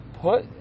put